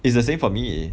it's the same for me